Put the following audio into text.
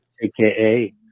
AKA